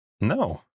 No